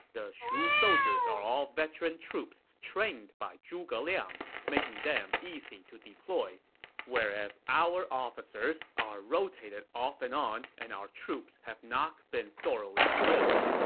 the shu soldiers are all veteran troops trained by zhuge liang, making them easy to deploy whereas our officers are rotated off and on and our troops have not been thoroughly drilled.